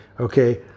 Okay